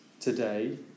today